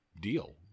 deal